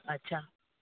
अच्छा